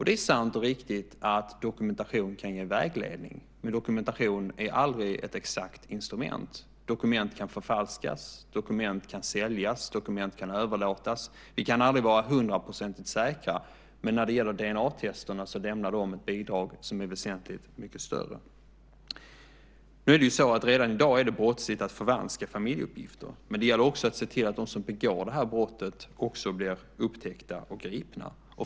Det är sant och riktigt att dokumentation kan ge vägledning, men dokumentation är aldrig ett exakt instrument. Dokument kan förfalskas. Dokument kan säljas. Dokument kan överlåtas. Vi kan aldrig vara hundraprocentigt säkra, men DNA-testen lämnar ett väsentligt större bidrag. Redan i dag är det brottsligt att förvanska familjeuppgifter, men det gäller också att se till att de som begår brottet blir upptäckta och gripna.